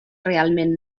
realment